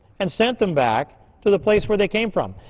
and sent them back to the place where they came from.